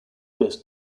best